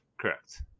Correct